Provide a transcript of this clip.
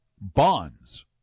bonds